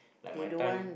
like my time